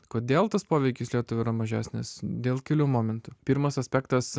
kodėl tas poveikis lietuvai yra mažesnis dėl kelių momentų pirmas aspektas